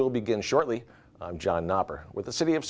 will begin shortly with the city of